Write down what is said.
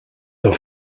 the